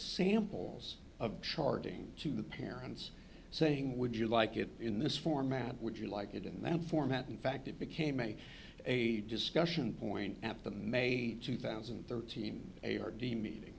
samples of charging to the parents saying would you like it in this format would you like it in that format in fact it became a a discussion point at the may two thousand and thirteen a r d meeting